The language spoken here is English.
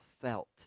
felt